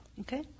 Okay